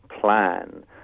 plan